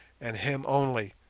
and him only,